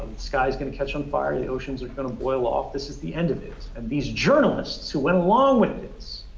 sky's gonna catch on fire. the oceans are going to boil off. this is the end of it. and these journalists, who went along with this,